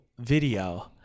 video